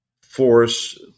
force